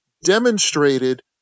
Demonstrated